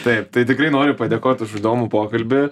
taip tai tikrai noriu padėkot už įdomų pokalbį